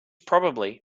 probably